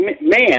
man